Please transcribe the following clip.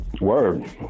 Word